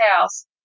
house